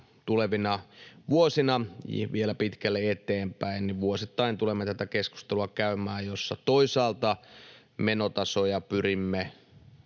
tulevina vuosina ja vielä pitkälle eteenpäin tulemme vuosittain tätä keskustelua käymään, jossa toisaalta menotasoja pyrimme